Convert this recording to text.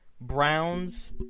Browns